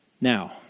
Now